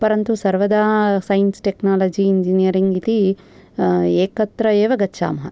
परन्तु सर्वदा science technology engineering इति एकत्र एव गच्छामः